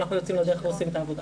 אנחנו יוצאים לדרך ועושים את העבודה.